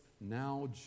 now